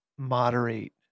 Moderate